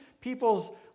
people's